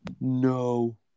No